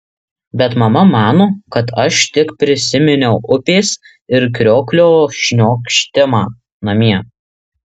bet mama mano kad aš tik prisiminiau upės ir krioklio šniokštimą namie